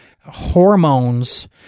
hormones